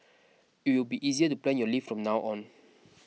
it will be easier to plan your leave from now on